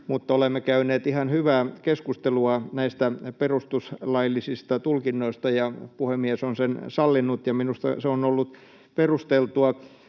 mutta olemme käyneet ihan hyvää keskustelua näistä perustuslaillisista tulkinnoista, ja puhemies on sen sallinut, ja minusta se on ollut perusteltua.